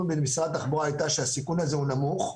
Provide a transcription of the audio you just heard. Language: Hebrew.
במשרד התחבורה הייתה שהסיכון הזה הוא נמוך.